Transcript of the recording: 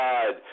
God